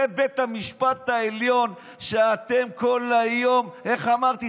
זה בית המשפט העליון שאת כל היום, איך אמרתי?